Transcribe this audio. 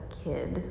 kid